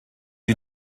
you